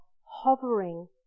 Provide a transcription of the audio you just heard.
hovering